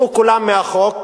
שיצאו כולם מהחוק.